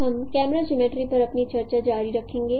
हम camera geometry पर अपनी चर्चा जारी रखेंगे